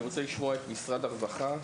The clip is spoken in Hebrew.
אני רוצה לשמוע את משרד הרווחה,